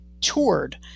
toured